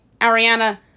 Ariana